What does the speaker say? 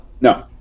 no